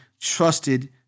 trusted